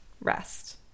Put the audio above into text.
rest